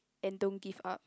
and don't give up